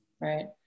Right